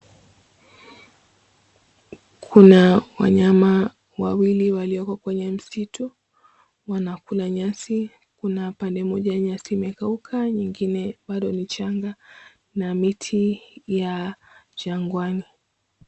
Kuna wanyama wawili walioko kwenye msitu wanakula nyasi, kuna pande moja wa nyasi imekauka nyingine bado ni changa na miti ya jangwani.